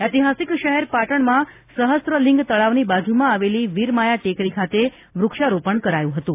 ઐતિહાસિક શહેર પાટણમાં સહસ્ત્રલીંગ તળાવની બાજૂમાં આવેલી વીરમાયા ટેકરી ખાતે વ્રક્ષારોપણ કરાયું હતું